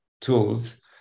tools